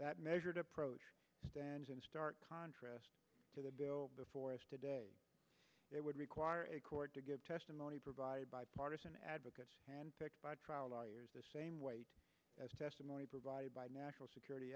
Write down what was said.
that measured approach stands in stark contrast to the bill before us today it would require a court to give testimony provided by partisan advocates hand picked by trial lawyers the same way as testimony provided by national security